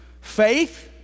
faith